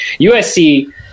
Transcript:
USC